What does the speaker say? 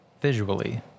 visually